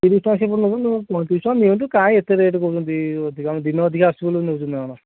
ତିରିଶି ଟଙ୍କା ସେପଟୁ ନେଉଛନ୍ତି ତୁମେ ପଇଁତିରିଶି ଟଙ୍କା ନିଅନ୍ତୁ କାଇଁ ଏତେ ରେଟ୍ କରୁଛନ୍ତି ଅଧିକା ଆମେ ଦିନେ ଅଧିକା ଆସିଛୁ ବୋଲି ନେଉଛନ୍ତି ନାଁ କ'ଣ